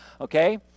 Okay